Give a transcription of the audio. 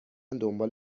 دنبال